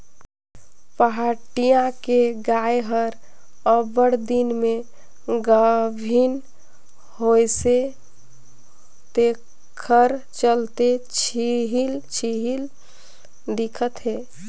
पहाटिया के गाय हर अब्बड़ दिन में गाभिन होइसे तेखर चलते छिहिल छिहिल दिखत हे